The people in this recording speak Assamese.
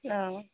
অ'